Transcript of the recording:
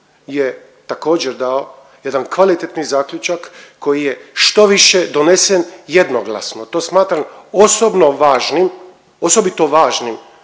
je također dao jedan kvalitetni zaključak koji je štoviše donesen jednoglasno, to smatram osobno važnim, osobito važnim